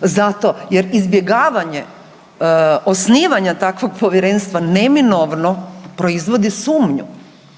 zato jer izbjegavanje osnivanja takvog Povjerenstva neminovno proizvodi sumnju